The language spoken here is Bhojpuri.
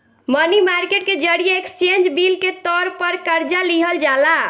मनी मार्केट के जरिए एक्सचेंज बिल के तौर पर कर्जा लिहल जाला